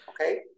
Okay